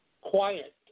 quiet